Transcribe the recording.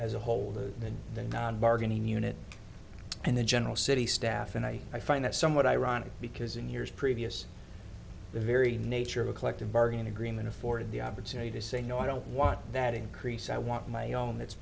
as a whole the non bargaining unit and the general city staff and i i find that somewhat ironic because in years previous the very nature of a collective bargaining agreement afforded the opportunity to say no i don't want that increase i want my own that's